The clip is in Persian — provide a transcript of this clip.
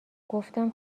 گفتم